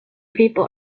people